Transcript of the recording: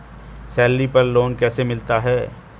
Salary पर loan कैसे मिलता है?